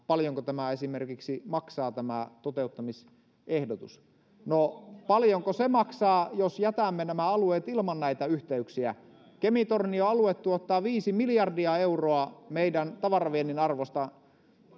paljonko esimerkiksi tämä toteuttamisehdotus maksaa no paljonko se maksaa jos jätämme nämä alueet ilman näitä yhteyksiä kemi tornio alue tuottaa viisi miljardia euroa meidän tavaraviennin arvosta